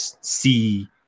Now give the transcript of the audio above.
see